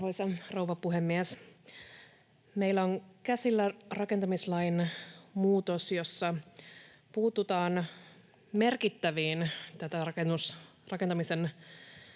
Arvoisa rouva puhemies! Meillä on käsillä rakentamislain muutos, jossa puututaan merkittäviin rakentamisen